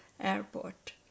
Airport